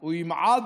הוא ימעד,